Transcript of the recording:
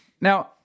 Now